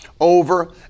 over